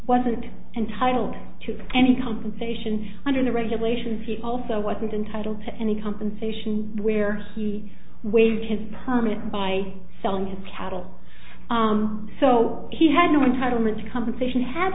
wasn't entitled to any compensation under the regulations he also wasn't entitled to any compensation where he waived his permit by selling his cattle so he had no one title meant compensation ha